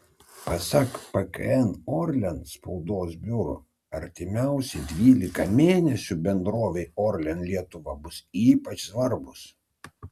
pasak pkn orlen spaudos biuro artimiausi dvylika mėnesių bendrovei orlen lietuva bus ypač svarbūs